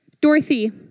Dorothy